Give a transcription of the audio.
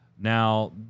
Now